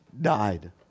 died